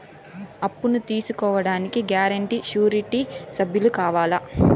అప్పును తీసుకోడానికి guarantee, surety సభ్యులు కావాలా?